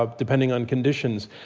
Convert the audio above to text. ah depending on conditions.